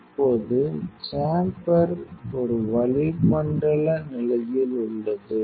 இப்போது சேம்பர் ஒரு வளிமண்டல நிலையில் உள்ளது